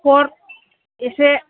हर एसे